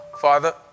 Father